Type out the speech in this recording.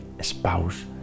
Spouse